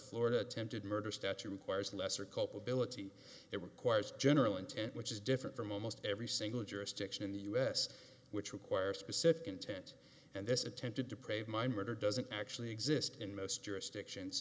florida attempted murder statute requires lesser culpability it requires general intent which is different from almost every single jurisdiction in the us which require specific intent and this attempted to pave my murder doesn't actually exist in most jurisdictions